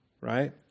right